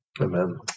amen